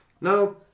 Now